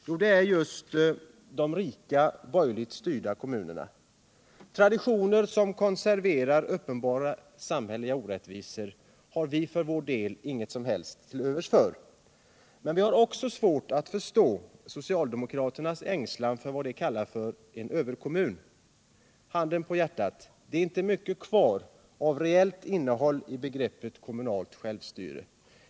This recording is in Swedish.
Jo, det är de rika, borgerligt styrda kommunerna. Traditioner som konserverar uppenbara samhälleliga orättvisor har vi för vår del ingenting till övers för. Vi har också svårt att förstå socialdemokraternas ängslan för vad de kallar en ”överkommun”. Handen på hjärtat: Det är inte mycket kvar av reellt innehåll i begreppet ”kommunal självstyrelse”.